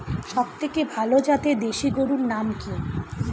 সবথেকে ভালো জাতের দেশি গরুর নাম কি?